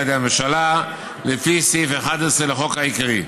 על ידי הממשלה לפי סעיף 11 לחוק העיקרי".